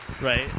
Right